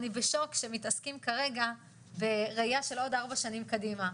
אני בשוק שמתעסקים כרגע בראייה של עוד ארבע שנים קדימה,